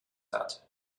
hat